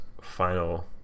final